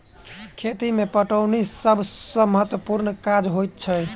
खेती मे पटौनी सभ सॅ महत्त्वपूर्ण काज होइत छै